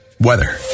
Weather